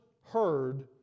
heard